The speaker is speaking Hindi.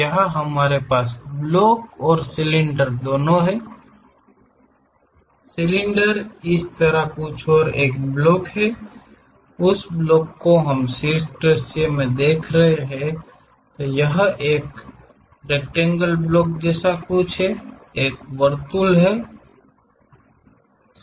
यहां हमारे पास एक ब्लॉक और सिलेंडर हैं सिलेंडर इस तरह कुछ और एक ब्लॉक है उस ब्लॉक को हम शीर्ष दृश्य में देख सकते हैं यह एक रेकटेंगेल ब्लॉक जैसा कुछ है एक वर्तुल है